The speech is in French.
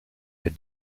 est